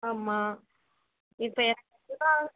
ஆமாம் இப்போ எனக்குதான்